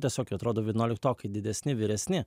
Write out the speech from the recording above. tiesiog jie atrodo vienuoliktokai didesni vyresni